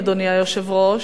אדוני היושב-ראש,